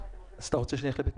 אז אתה רוצה שנלך לבית משפט?